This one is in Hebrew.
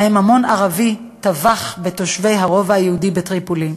שבהם המון ערבי טבח בתושבי הרובע היהודי בטריפולי.